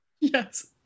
yes